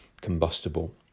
combustible